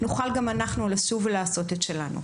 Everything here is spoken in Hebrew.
נוכל גם אנחנו לשוב ולעשות את שלנו,